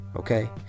Okay